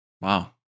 wow